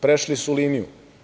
Prešli su liniju.